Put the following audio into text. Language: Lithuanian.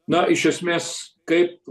na iš esmės kaip